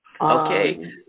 Okay